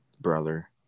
brother